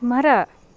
ಮರ